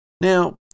Now